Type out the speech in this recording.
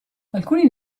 alcuni